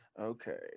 Okay